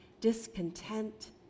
discontent